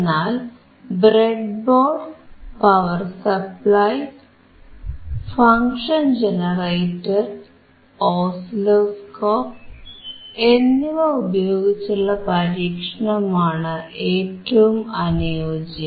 എന്നാൽ breadboard power supply function generator oscilloscope എന്നിവ ഉപയോഗിച്ചുള്ള പരീക്ഷണമാണ് ഏറ്റവും അനുയോജ്യം